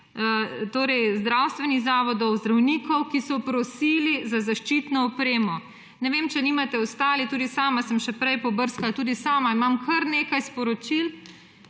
zdravstvenih zavodov, zdravnikov, ki so prosili za zaščitno opremo. Ne vem, če nimate ostali, tudi sama sem še prej pobrskala, tudi sama imam kar nekaj sporočil